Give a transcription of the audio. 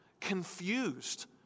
confused